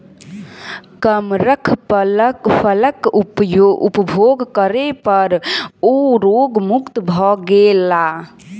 कमरख फलक उपभोग करै पर ओ रोग मुक्त भ गेला